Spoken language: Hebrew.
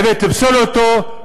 חייבת לפסול אותו,